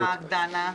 בוקר טוב, חברים.